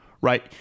right